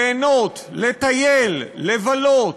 ליהנות, לטייל, לבלות,